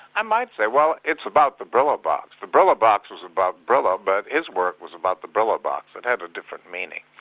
i might say, well, it's about the brillo box. the brillo box is about brillo, but his work was about the brillo box, it had a different meaning.